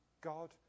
God